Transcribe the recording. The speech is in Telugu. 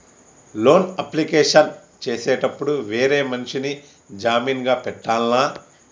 లోన్ అప్లికేషన్ చేసేటప్పుడు వేరే మనిషిని జామీన్ గా పెట్టాల్నా?